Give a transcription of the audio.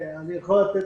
כן, אני יכול לתת.